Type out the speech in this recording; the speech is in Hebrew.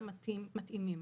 מתאימים.